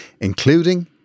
including